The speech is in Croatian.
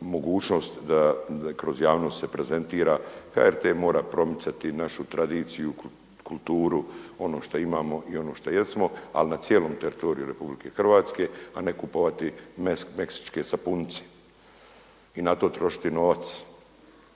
mogućnost da kroz javnost se prezentira. HRT mora promicati našu tradiciju, kulturu, ono što imamo, ono što jesmo, ali na cijelom teritoriju RH, a ne kupovati meksičke sapunice i na to trošiti novac,